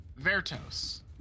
Vertos